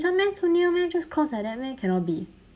this one meh so near meh just cross like that meh cannot be